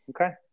Okay